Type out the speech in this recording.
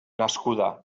nascuda